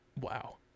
Wow